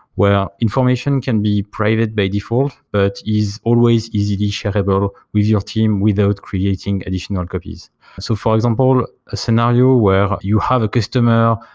where information can be private by default, but is always easily shareable with your team without creating additional copies so for example, a scenario ah where you have a customer,